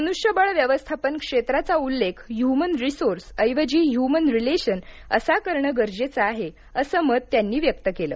मनुष्यबळ व्यवस्थापन क्षेत्राचा उल्लेख ह्यमन रिसोर्स ऐवजी ह्यमन रिलेशन असा करण गरजेचं आहे असं मत त्यांनी व्यक्त केलं